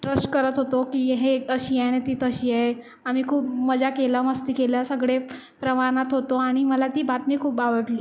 trust करत होतो की हे अशी आहे आणि ती तशी आहे आम्ही खूप मजा केलं मस्ती केलं सगळे प्रमाणात होतो आणि मला ती बातमी खूप आवडली